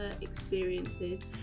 experiences